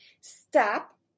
stop